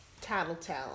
tattletale